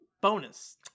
bonus